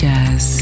Jazz